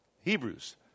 Hebrews